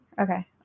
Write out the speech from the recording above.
Okay